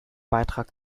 beitrag